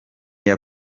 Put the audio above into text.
iya